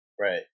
Right